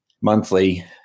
monthly